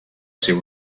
ser